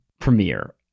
premiere